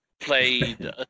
played